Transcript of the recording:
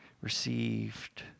received